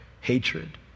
hatred